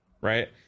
Right